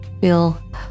feel